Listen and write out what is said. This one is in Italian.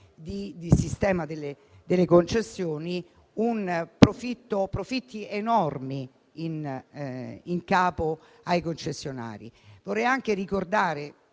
di sistema delle concessioni profitti enormi in capo ai concessionari. Vorrei anche ricordare